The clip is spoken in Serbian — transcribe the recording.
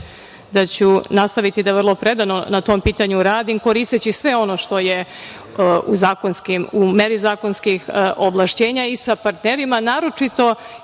da ću nastaviti da vrlo predano na tom pitanju radim, koristeći sve ono što je u meri zakonskih ovlašćenja i sa partnerima, naročito